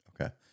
Okay